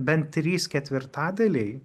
bent trys ketvirtadaliai